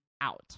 out